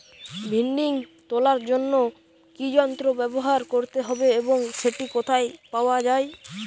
ভিন্ডি তোলার জন্য কি যন্ত্র ব্যবহার করতে হবে এবং সেটি কোথায় পাওয়া যায়?